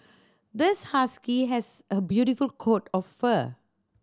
this husky has a beautiful coat of fur